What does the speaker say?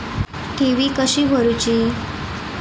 ठेवी कशी भरूची?